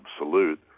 absolute